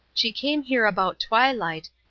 she came here about twilight,